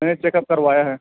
میں نے check up کروایا ہے